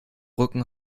rücken